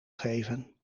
geven